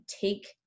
take